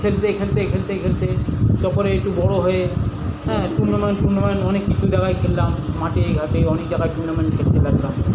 খেলতে খেলতে খেলতে খেলতে তারপরে একটু বড় হয়ে হ্যাঁ টুর্নামেন্ট ফুর্নামেন্ট অনেক কিছু জায়গায় খেললাম মাঠেঘাটে অনেক জায়গায় টুর্নামেন্ট খেলতে লাগলাম